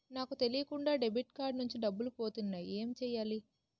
నాకు తెలియకుండా debit card నుంచి డబ్బులు పోతున్నాయి ఎం చెయ్యాలి?